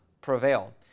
prevail